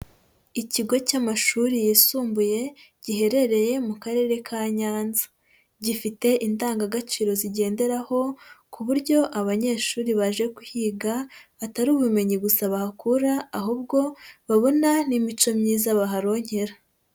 Ikigo cy'amashuri yisumbuye giherereye mu karere ka Nyanza, gifite indangagaciro zigenderaho ku buryo abanyeshuri baje kuhiga batari ubumenyi gusa bahakura ahubwo babona n'imico myiza baharonkera.